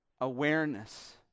awareness